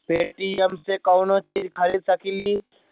Paytm से कौनो चीज खरीद सकी लिय?